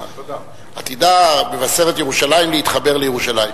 עתידה של מבשרת-ירושלים להתחבר לירושלים.